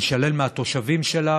יישלל מהתושבים שלה